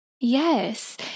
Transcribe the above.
Yes